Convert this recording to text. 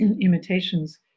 imitations